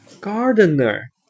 Gardener